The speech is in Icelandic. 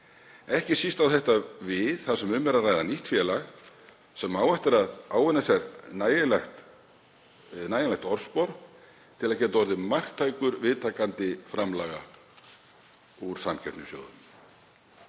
Ekki síst á það við þar sem um er að ræða nýtt félag sem á eftir að ávinna sér nægjanlegt orðspor til að geta orðið marktækur viðtakandi framlaga úr samkeppnissjóðum.